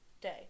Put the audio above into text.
day